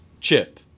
Chip